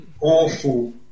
awful